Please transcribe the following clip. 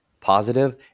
positive